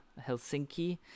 Helsinki